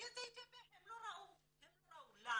את יוצאי אתיופיה הם לא ראו, למה?